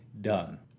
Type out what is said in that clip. done